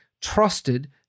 trusted